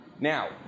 Now